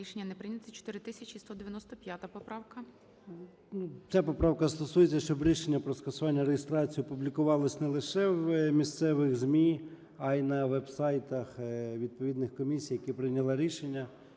Рішення не прийнято. 4195 поправка. 11:09:42 ЧЕРНЕНКО О.М. Ця поправка стосується, щоб рішення про скасування реєстрації публікувалось не лише в місцевих ЗМІ, а й на веб-сайтах відповідних комісій, які прийняли рішення,